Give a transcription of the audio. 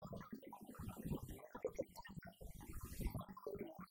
הטבע, לראות את הטבע זה לראות את...